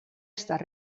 estat